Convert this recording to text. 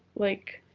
like,